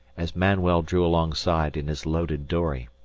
as manuel drew alongside in his loaded dory.